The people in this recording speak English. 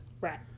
Right